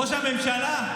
ראש הממשלה,